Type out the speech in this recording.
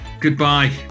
goodbye